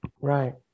right